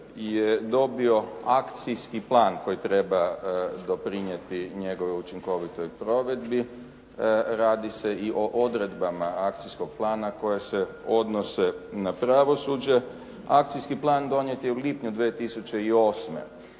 je dobio akcijski plan koji treba doprinijeti njegovoj učinkovitoj provedbi. Radi se i o odredbama akcijskog plana koje se odnose na pravosuđe. Akcijski plan donijet je u lipnju 2008.